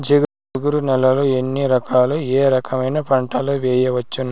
జిగురు నేలలు ఎన్ని రకాలు ఏ రకమైన పంటలు వేయవచ్చును?